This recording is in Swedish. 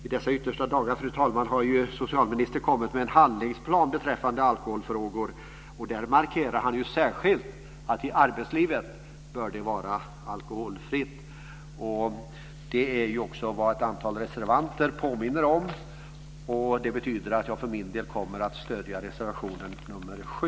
I dessa yttersta dagar, fru talman, har socialministern kommit med en handlingsplan beträffande alkoholfrågor. Där markerar han särskilt att det i arbetslivet bör vara alkoholfritt. Det är också vad ett antal reservanter påminner om. Det betyder att jag för min del kommer att stödja reservation 7.